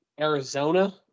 arizona